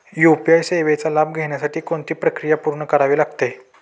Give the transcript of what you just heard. UPI सेवेचा लाभ घेण्यासाठी कोणती प्रक्रिया पूर्ण करावी लागते?